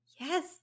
Yes